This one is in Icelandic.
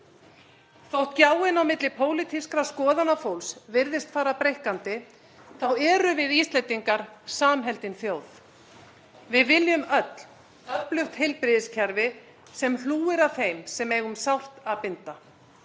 Þótt gjáin á milli pólitískra skoðana fólks virðist fara breikkandi þá erum við Íslendingar samheldin þjóð. Við viljum öll öflugt heilbrigðiskerfi sem hlúir að þeim sem eiga um sárt að binda.